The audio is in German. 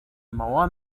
mauer